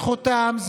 זה זכותם.